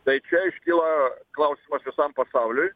tai čia iškyla klausimas visam pasauliui